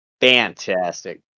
Fantastic